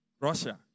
Russia